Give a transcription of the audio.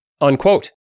unquote